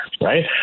right